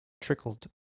trickled